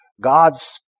God's